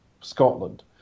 Scotland